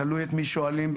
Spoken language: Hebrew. תלוי את מי שואלים,